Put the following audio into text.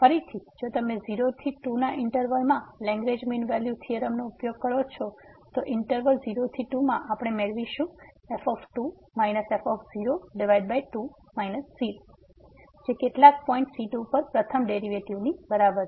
ફરીથી જો તમે 0 થી 2 ઈંટરવલ માં લેંગરેંજ મીન વેલ્યુ થીયોરમનો ઉપયોગ કરો છો ઈંટરવલ 0 થી 2 માં આપણે મેળવીશું f2 f2 0 જે કેટલાક પોઈંટ c2 પર પ્રથમ ડેરિવેટિવ બરાબર છે